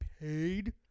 paid